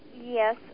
Yes